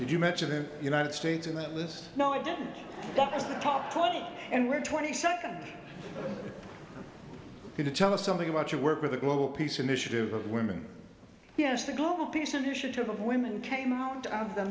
did you mention the united states in that list no i didn't talk and we're twenty seconds you tell us something about your work with the global peace initiative of women yes the global peace initiative of women came out of the